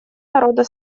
народа